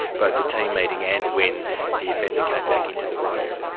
both the team meeting and when the offender came back into the room.